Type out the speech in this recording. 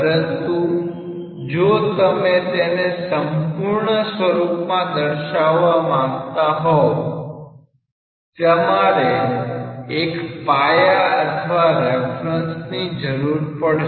પરંતુ જો તમે તેને સંપૂર્ણ સ્વરૂપમાં દર્શાવવા માંગતા હોવ તમારે એક પાયા અથવા રેફરન્સની જરૂર પડશે